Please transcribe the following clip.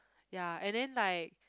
ya and then like